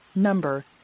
Number